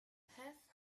have